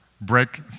break